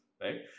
right